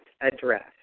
address